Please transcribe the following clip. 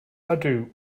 ydw